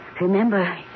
Remember